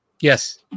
Yes